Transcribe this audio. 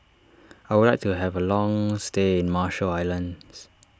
I would like to have a long stay in Marshall Islands